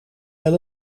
wel